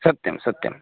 सत्यं सत्यं